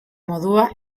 modua